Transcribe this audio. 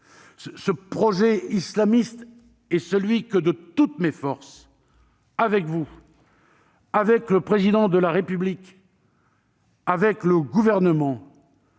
Ce projet islamiste est celui que, de toutes mes forces, avec vous, avec le Président de la République, avec le Gouvernement,